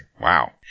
Wow